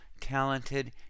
talented